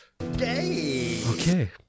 okay